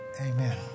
Amen